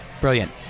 Brilliant